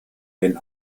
den